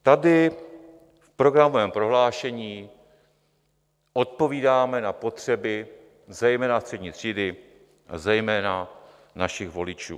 Tady v programovém prohlášení odpovídáme na potřeby zejména střední třídy a zejména našich voličů.